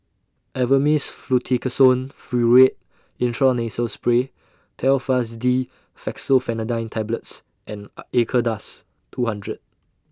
Avamys Fluticasone Furoate Intranasal Spray Telfast D Fexofenadine Tablets and Acardust two hundred